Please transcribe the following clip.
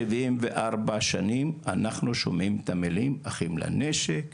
שבעים וארבע שנים אנחנו שומעים את המילים אחים לנשק,